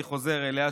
אני חוזר אליה,